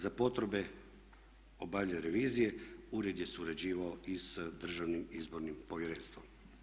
Za potrebe obavljanje revizije ured je surađivao i s Državnim izbornim povjerenstvom.